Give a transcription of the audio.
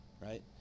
right